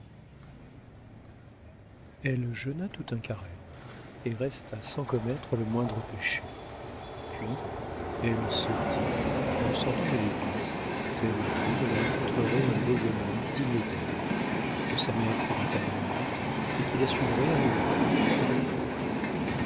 elle jeûna tout un carême et resta sans commettre le moindre péché puis elle se dit qu'en sortant de l'église tel jour elle rencontrerait un beau jeune homme digne d'elle que sa mère pourrait agréer et qui la suivrait amoureux fou